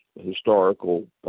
historical